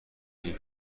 این